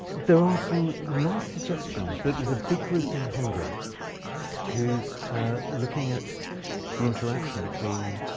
there are some nice suggestions that there's a big group in hungary who's looking at the interaction between